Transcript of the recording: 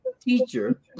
teacher